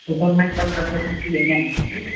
تو سر میں کل دس بجے اسے لینے آؤں گا ٹھیک ہے